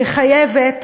היא חייבת